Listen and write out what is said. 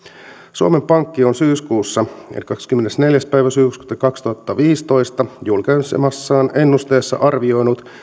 suomen pankki on syyskuussa eli kahdeskymmenesneljäs päivä syyskuuta kaksituhattaviisitoista julkaisemassaan ennusteessa arvioinut